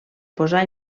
posar